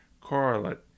correlate